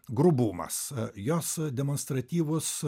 grubumas jos demonstratyvus